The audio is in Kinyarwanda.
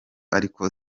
ariko